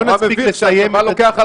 לא נספיק לסיים ------ מה לוקח על